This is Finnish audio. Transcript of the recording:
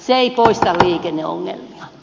se ei poista liikenneongelmia